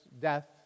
death